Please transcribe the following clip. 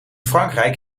frankrijk